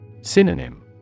Synonym